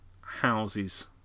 houses